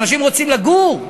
אנשים רוצים לגור.